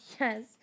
Yes